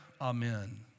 Amen